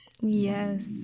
Yes